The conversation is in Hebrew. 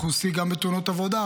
אנחנו בשיא גם בתאונות עבודה,